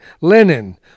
linen